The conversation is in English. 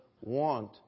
want